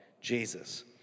Jesus